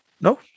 No